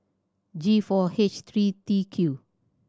G four H three T Q